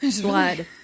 blood